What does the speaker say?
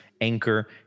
anchor